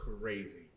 crazy